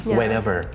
Whenever